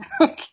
Okay